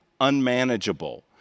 unmanageable